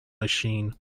machine